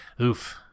Oof